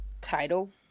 title